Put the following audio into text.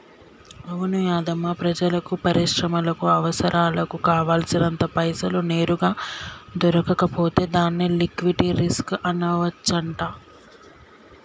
అవును యాధమ్మా ప్రజలకు పరిశ్రమలకు అవసరాలకు కావాల్సినంత పైసలు నేరుగా దొరకకపోతే దాన్ని లిక్విటీ రిస్క్ అనవచ్చంట